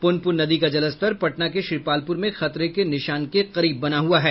पुनपुन नदी का जलस्तर पटना के श्रीपालपुर में खतरे के निशान के करीब बना हुआ है